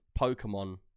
pokemon